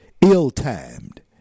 ill-timed